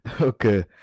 Okay